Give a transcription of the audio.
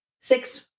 six